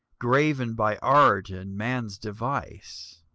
graven by art and man's device.